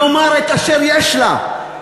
לומר את אשר יש לה.